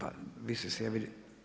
A vi ste se javili?